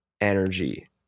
Energy